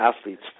athlete's